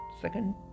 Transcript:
Second